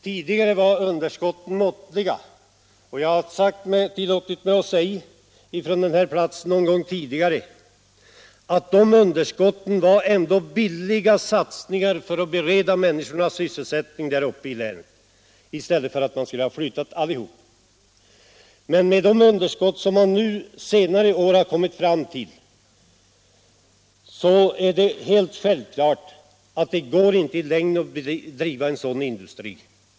Tidigare var underskotten måttliga, och jag har någon gång tillåtit mig att säga från den här talarstolen att de underskotten ändå var billiga satsningar för att bereda människorna i länet sysselsättning där uppe i stället för att flytta dem. Med de underskott som under senare år uppstått är det dock självklart att det inte i längden går att driva en sådan industri.